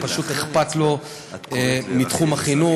ופשוט אכפת לו מתחום החינוך.